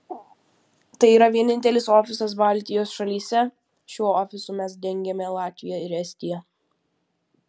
tai yra vienintelis ofisas baltijos šalyse šiuo ofisu mes dengiame latviją ir estiją